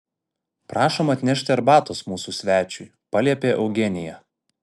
prašom atnešti arbatos mūsų svečiui paliepė eugenija